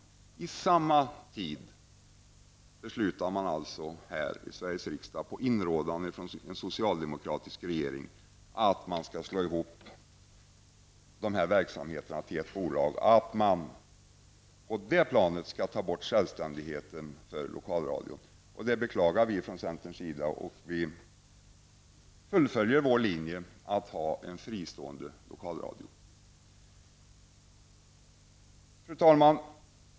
På inrådan av en socialdemokratisk regering beslutar man alltså samtidigt här i Sveriges riksdag att man skall slå ihop dessa verksamheter till ett bolag och att man på detta plan skall ta bort självständigheten för Lokalradion. Det beklagar vi i centern. Vi fullföljer vår linje: att ha en fristående Lokalradio. Fru talman!